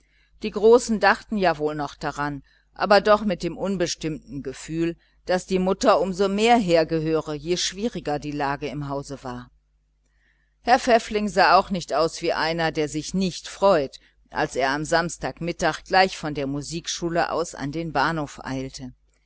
die großen dachten ja wohl noch daran aber doch mit dem unbestimmten gefühl daß die mutter um so mehr her gehöre je schwieriger die lage im haus war herr pfäffling sah auch nicht aus wie einer der sich nicht freut als er am samstagmittag gleich von der musikschule aus an den bahnhof eilte